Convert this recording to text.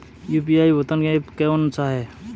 UPI भुगतान app कौन सा है?